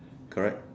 correct